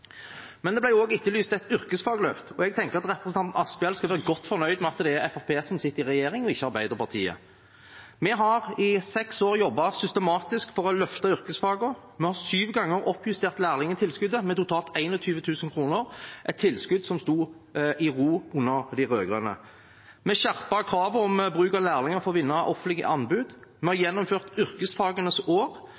Det ble også etterlyst et yrkesfagløft. Jeg tenker representanten Asphjell skal være godt fornøyd med at det er Fremskrittspartiet som sitter i regjering, og ikke Arbeiderpartiet. Vi har i seks år jobbet systematisk for å løfte yrkesfagene; syv ganger har vi oppjustert lærlingtilskuddet med totalt 21 000 kr, et tilskudd som sto i ro under de rød-grønne. Vi har skjerpet kravet om bruk av lærlinger for å vinne offentlige anbud, vi har